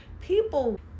people